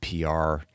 PR